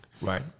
Right